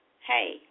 Hey